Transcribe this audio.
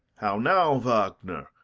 how now, wagner!